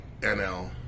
NL